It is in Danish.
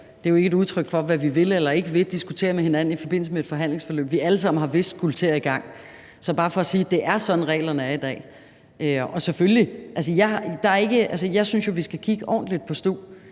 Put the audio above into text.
Det er jo ikke et udtryk for, hvad vi vil eller ikke vil diskutere med hinanden i forbindelse med et forhandlingsforløb, vi alle sammen har vidst skulle til at gå i gang. Så det er bare for at sige, at det er sådan, reglerne er i dag. Jeg synes jo, vi skal kigge ordentligt på stu.